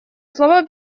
слово